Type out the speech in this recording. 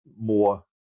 more